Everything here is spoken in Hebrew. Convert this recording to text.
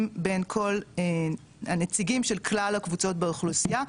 בין כל הנציגים של כלל הקבוצות באוכלוסייה,